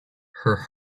her